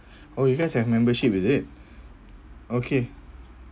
oh you guys have membership is it okay